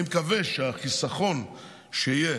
אני מקווה שהחיסכון שיהיה